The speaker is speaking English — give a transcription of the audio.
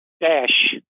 Dash